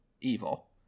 evil